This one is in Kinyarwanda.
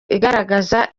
igaragaza